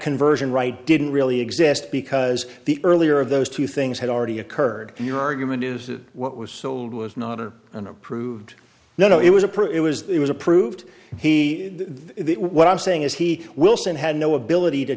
conversion right didn't really exist because the earlier of those two things had already occurred your argument is that what was sold was not an unapproved no no it was approved it was it was approved he what i'm saying is he wilson had no ability to